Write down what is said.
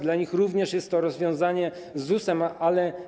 Dla nich również jest to rozwiązanie z ZUS-em.